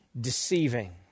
deceiving